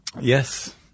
Yes